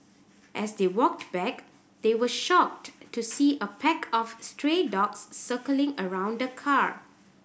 as they walked back they were shocked to see a pack of stray dogs circling around the car